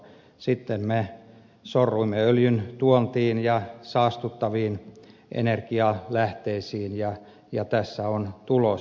sitten me sorruimme öljyntuontiin ja saastuttaviin energialähteisiin ja tässä on tulos